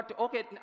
Okay